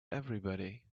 everybody